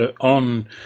on